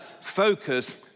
focus